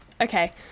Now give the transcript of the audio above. Okay